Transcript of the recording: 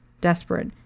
desperate